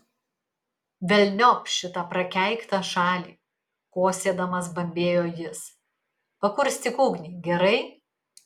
velniop šitą prakeiktą šalį kosėdamas bambėjo jis pakurstyk ugnį gerai